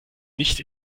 nicht